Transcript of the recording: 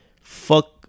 Fuck